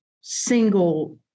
single